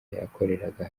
yakoreraga